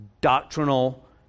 doctrinal